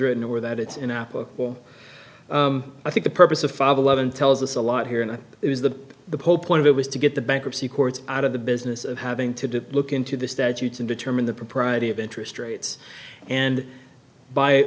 written or that it's an applicable i think the purpose of father levin tells us a lot here and it was the the poll point of it was to get the bankruptcy courts out of the business of having to look into the statutes and determine the propriety of interest rates and by